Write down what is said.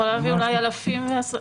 יכולים להיות אלפי מקרים כאלה.